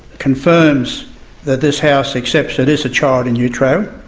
confirms that this house accepts it is a child in utero